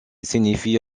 signifie